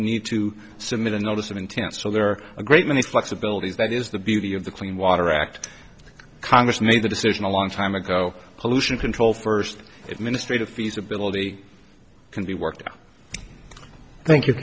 need to submit a notice of intent so there are a great many flexibilities that is the beauty of the clean water act congress made the decision a long time ago pollution control first administrative feasibility can be worked out thank you